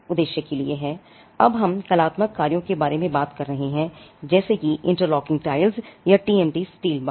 हम अब हम कलात्मक कार्यों के बारे में बात कर रहे हैं जैसे कि इंटरलॉकिंग टाइल्स या टीएमटी स्टील बार